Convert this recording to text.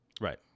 Right